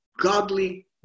godly